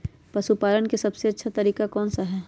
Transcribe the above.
पशु पालन का सबसे अच्छा तरीका कौन सा हैँ?